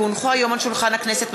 כי הונחו היום על שולחן הכנסת,